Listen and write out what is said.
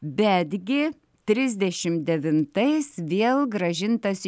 betgi trisdešimt devintais vėl grąžintas į